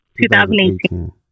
2018